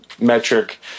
metric